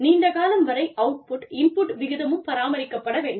நீண்ட காலம் வரை அவுட்புட் இன்புட் விகிதமும் பராமரிக்கப்பட வேண்டும்